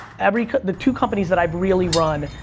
every, the two companies that i've really run,